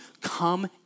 Come